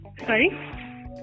Sorry